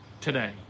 today